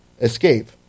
escape